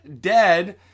dead